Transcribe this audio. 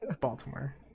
Baltimore